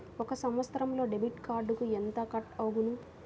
ఒక సంవత్సరంలో డెబిట్ కార్డుకు ఎంత కట్ అగును?